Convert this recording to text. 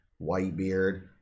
Whitebeard